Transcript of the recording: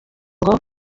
ngo